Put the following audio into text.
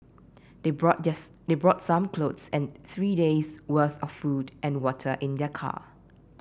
they brought this they brought some clothes and three days' worth of food and water in their car